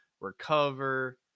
recover